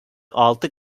altı